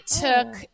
took